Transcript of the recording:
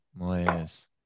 Moyes